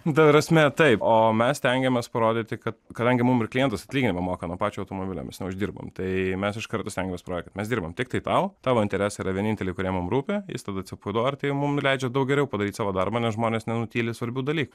nu ta prasme taip o mes stengiamės parodyti kad kadangi mum ir klientus atlyginimą moka nuo pačio automobilio mes neuždirbam tai mes iš karto stengiamės parodyti kad mes dirbam tiktai tau tavo interesai yra vieninteliai kurie mum rūpi jis tada atsipalaiduoja ir tai mums leidžia daug geriau padaryti savo darbą nes žmonės nenutyli svarbių dalykų